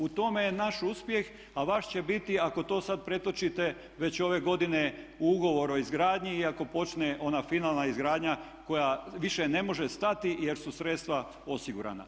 U tome je naš uspjeh a vaš će biti ako to pretočite već ove godine u ugovor o izgradnji i ako počne ona finalna izgradnja koja više ne može stati jer su sredstva osigurana.